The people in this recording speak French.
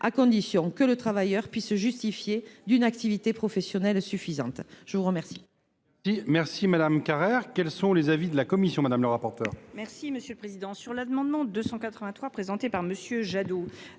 à condition que le travailleur puisse justifier d’une activité professionnelle suffisante. Quel